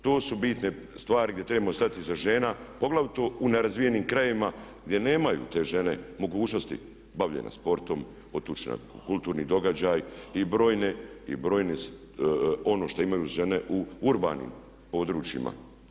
To su bitne stvari gdje trebamo stati iza žena poglavito na razvijenim krajevima gdje nemaju te žene mogućnosti bavljenja sportom, otići na kulturni događaj i brojne, ono što imaju žene u urbanim područjima.